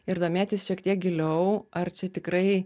ir domėtis šiek tiek giliau ar čia tikrai